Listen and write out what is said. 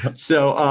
and so,